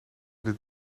dit